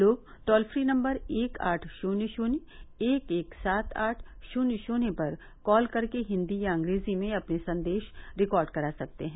लोग toll free number एक आठ शून्य शून्य एक एक सात आठ शून्य शून्य पर कॉल करके हिन्दी या अंग्रेजी में अपने संदेश रिकॉर्ड करा सकते हैं